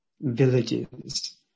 villages